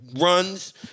runs